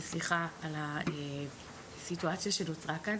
וסליחה על הסיטואציה שנוצרה כאן,